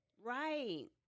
Right